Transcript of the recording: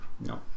No